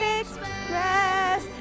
express